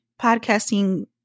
podcasting